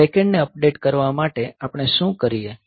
second ને update કરવા માટે આપણે શું કરીએ